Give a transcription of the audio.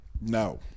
No